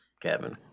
Kevin